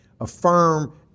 affirm